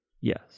Yes